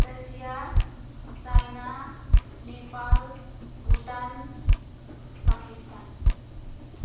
Russia China Nepal Bhutan Pakistan